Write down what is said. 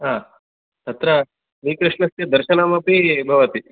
हा तत्र श्रीकृष्णस्य दर्शनमपि भवति